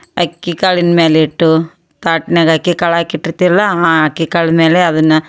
ಅಕ್ಕಿ ಕಾಳಿನ ಮ್ಯಾಲೆ ಇಟ್ಟು ತಾಟ್ನಾಗೆ ಅಕ್ಕಿ ಕಾಳು ಹಾಕ್ ಇಟ್ಟಿರ್ತೀವಿ ಅಲ್ಲಾ ಆ ಅಕ್ಕಿ ಕಾಳಿನ ಮೇಲೆ ಅದನ್ನು